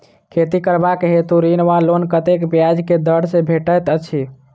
खेती करबाक हेतु ऋण वा लोन कतेक ब्याज केँ दर सँ भेटैत अछि?